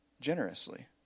generously